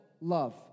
love